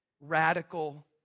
radical